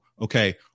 okay